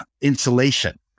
insulation